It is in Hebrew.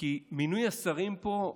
כי מינוי השרים פה,